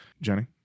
Jenny